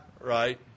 Right